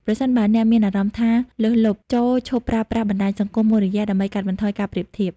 ប្រសិនបើអ្នកមានអារម្មណ៍ថាលើសលប់ ចូរឈប់ប្រើប្រាស់បណ្តាញសង្គមមួយរយៈ ដើម្បីកាត់បន្ថយការប្រៀបធៀប។